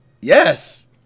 Yes